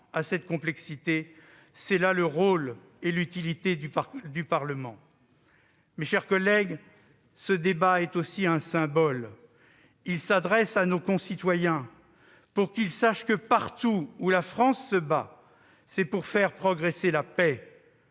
à cette complexité. Tel est le rôle du Parlement. Mes chers collègues, ce débat est aussi un symbole. Il s'adresse à nos concitoyens pour qu'ils sachent que, partout où la France se bat, c'est pour faire progresser la paix.